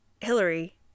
Hillary